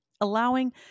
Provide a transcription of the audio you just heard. allowing